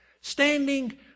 standing